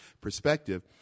perspective